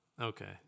Okay